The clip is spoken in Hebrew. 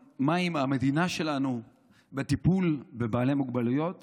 המדינה שלנו בטיפול בבעלי מוגבלויות